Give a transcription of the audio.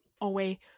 away